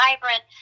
vibrant